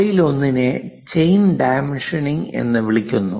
അവയിലൊന്നിനെ chain dimensioning എന്ന് വിളിക്കുന്നു